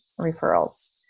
referrals